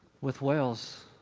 with whales,